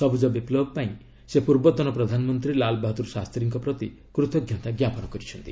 ସବୁଜ ବିପ୍ଳବ ପାଇଁ ସେ ପୂର୍ବତନ ପ୍ରଧାନମନ୍ତ୍ରୀ ଲାଲବାହାଦୂର ଶାସ୍ତ୍ରୀଙ୍କ ପ୍ରତି କୃତଞ୍ଜତା ଜ୍ଞାପନ କରିଛନ୍ତି